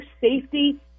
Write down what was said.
safety